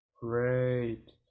Great